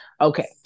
Okay